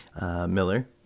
Miller